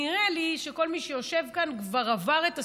נראה לי שכל מי שיושב כאן הוא כבר עבר את הסיבוב,